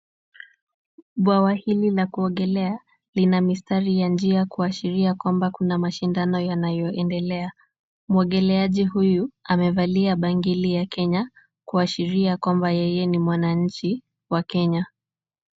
Bwawa hili la kuogelea lina mistari ya njia kuashiria kwamba kuna mashindano yanayoendelea. Mwogeleaji huyu amevalia bangili ya Kenya, kuashiria kwamba yeye ni mwananchi wa Kenya.